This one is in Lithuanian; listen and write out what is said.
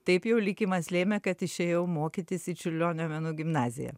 taip jau likimas lėmė kad išėjau mokytis į čiurlionio menų gimnaziją